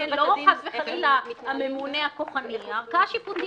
לא חס וחלילה הממונה הכוחני --- בסדר,